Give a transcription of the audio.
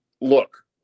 look